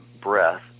breath